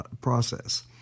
process